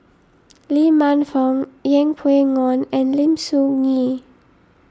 Lee Man Fong Yeng Pway Ngon and Lim Soo Ngee